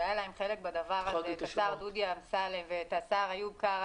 שגם להם היה חלק בדבר הזה את השר דודי אמסלם ואת השר איוב קרא.